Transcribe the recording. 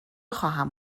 خواهم